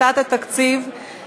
בעד טלב אבו